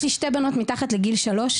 יש לי שתי בנות מתחת לגיל שלוש,